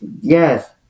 Yes